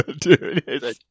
Dude